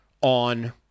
on